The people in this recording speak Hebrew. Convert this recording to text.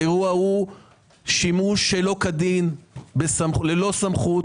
האירוע הוא שימוש שלא כדין ללא סמכות